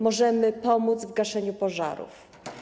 Możemy pomóc w gaszeniu pożarów.